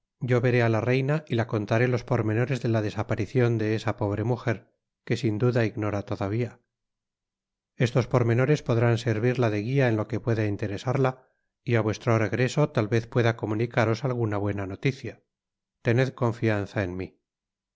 yo veré á la reina y la contaré los pormenores de la desaparicion de esa pobre mujer que sin duda ignora todavia estos pormenores podrán servirla de guia en lo que pueda interesarla y á vuestro regreso tal vez pueda comunicaros alguna buena noticia tened confianza en mi